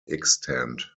extant